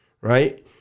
right